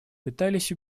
пытались